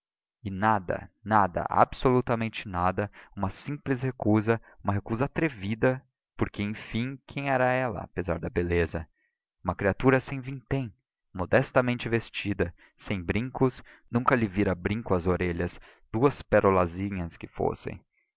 nada nada nada absolutamente nada uma simples recusa uma recusa atrevida porque enfim quem era ela apesar da beleza uma criatura sem vintém modestamente vestida sem brincos nunca lhe vira brincos às orelhas duas perolazinhas que fossem